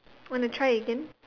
wanna try again